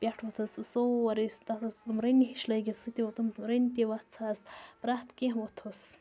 پٮ۪ٹھ ووٚتھُس سُہ سورُے تتھ ٲس تٕم رٕنہٕ ہِش لٲگِتھ سُہ تہِ تُم رٕنہِ تہِ وَژھس پرٛٮ۪تھ کیٚنٛہہ ووتھُس